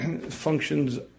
functions